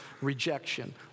rejection